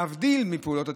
להבדיל מפעולות התכנון,